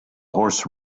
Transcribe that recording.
horse